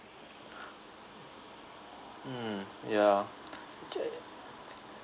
mm yeah actually I